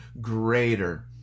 greater